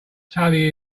tully